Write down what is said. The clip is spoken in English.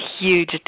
huge